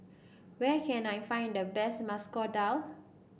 where can I find the best Masoor Dal